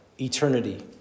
eternity